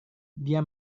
dia